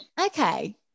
Okay